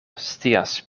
scias